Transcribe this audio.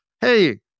Hey